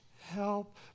help